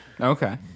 Okay